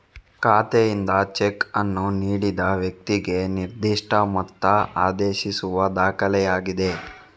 ಖಾತೆಯಿಂದ ಚೆಕ್ ಅನ್ನು ನೀಡಿದ ವ್ಯಕ್ತಿಗೆ ನಿರ್ದಿಷ್ಟ ಮೊತ್ತ ಆದೇಶಿಸುವ ದಾಖಲೆಯಾಗಿದೆ